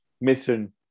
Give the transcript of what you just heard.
mission